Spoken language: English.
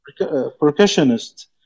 percussionist